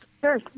Sure